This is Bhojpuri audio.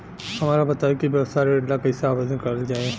हमरा बताई कि व्यवसाय ऋण ला कइसे आवेदन करल जाई?